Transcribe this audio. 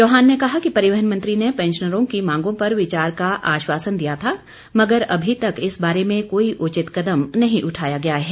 चौहान ने कहा कि परिवहन मंत्री ने पैंशनरों की मांगों पर विचार का आश्वासन दिया था मगर अभी तक इस बारे में कोई उचित कदम नहीं उठाया गया है